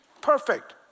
Perfect